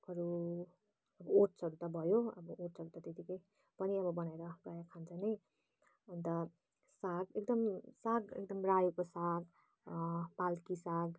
अरू अब ओट्सहरू त भयो अब ओट्सहरू त त्यतिकै पनि बनाएर प्रायः खान्छ नै अन्त साग एकदम साग एकदम रायोको साग पालकी साग